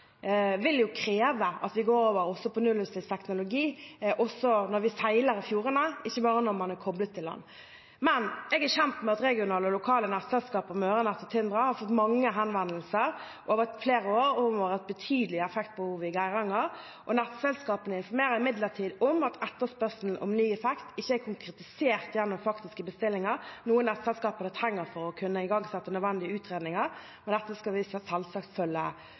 vil kreve at vi går over på nullutslippsteknologi også når vi seiler i fjordene, ikke bare når man er koblet til land. Jeg er kjent med at regionale og lokale nettselskap som Mørenett og Tindra Nett har fått mange henvendelser over flere år om et betydelig effektbehov i Geiranger. Nettselskapene informerer imidlertid om at etterspørselen etter ny effekt ikke er konkretisert gjennom faktiske bestillinger, noe nettselskapene trenger for å kunne igangsette nødvendige utredninger. Men dette skal vi selvsagt følge